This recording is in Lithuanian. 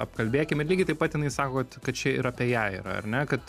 apkalbėkim ir lygiai taip pat jinai sako kad čia ir apie ją yra ar ne kad